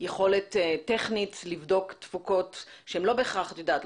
יכולת טכנית לבדוק תפוקות שהן לא בהכרח את יודעת,